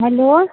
hello